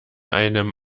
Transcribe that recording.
einem